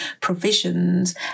provisions